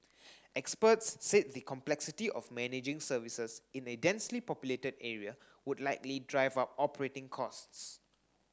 experts said the complexity of managing services in a densely populated area would likely drive up operating costs